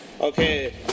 Okay